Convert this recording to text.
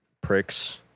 pricks